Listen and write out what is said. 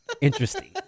Interesting